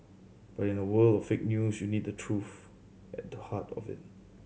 but in a world of fake news you need truth at the heart of it